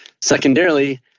Secondarily